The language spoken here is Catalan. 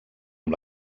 amb